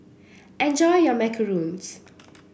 enjoy your Macarons